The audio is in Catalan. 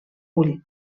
ull